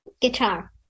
Guitar